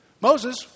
Moses